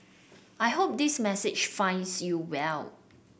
I hope this message finds you well